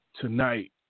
Tonight